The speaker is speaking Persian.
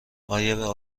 ایا